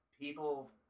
people